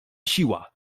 siła